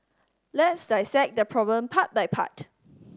let's dissect the problem part by part